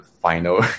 final